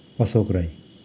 Ashok Rai